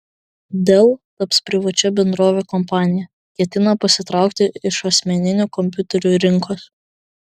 dell taps privačia bendrove kompanija ketina pasitraukti iš asmeninių kompiuterių rinkos